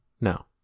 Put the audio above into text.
No